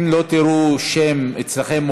אם לא תראו שם אצלכם,